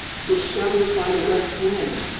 disheveled by the west wind,